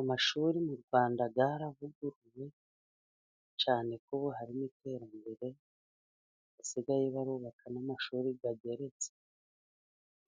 Amashuri mu Rwanda yaravuguruwe cyane ko ubu harimo iterambere; basigaye bubaka n'amashuri ageretse,